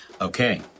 Okay